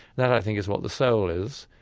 that i think, is what the soul is.